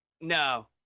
No